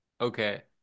okay